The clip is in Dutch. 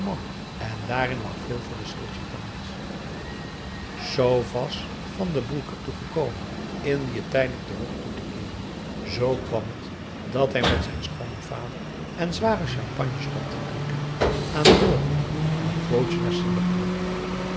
en daarin lag veel voor den sollicitant z was van den broek ertoe gekomen indië tijdelijk den rug toe te koeren z kwam het dat hij met zijn schoonvader en zwager champagne stond te drinken aan boord van het bootje naar singapore